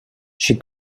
she